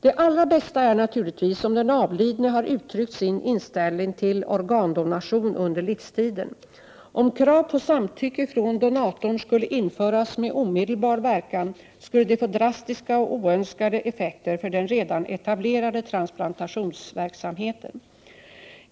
Det allra bästa är naturligtvis om den avlidne har uttryckt sin inställning till organdonation under livstiden. Om krav på samtycke från donatorn skulle införas med omedelbar verkan, skulle det få drastiska och oönskade effekter för den redan etablerade transplantationsverksamheten.